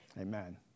Amen